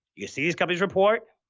you see these companies' report,